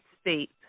state